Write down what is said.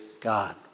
God